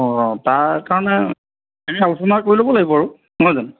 অঁ তাৰ কাৰণে এনেই আলোচনা কৰি ল'ব লাগিব আৰু নহয় জানো